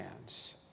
hands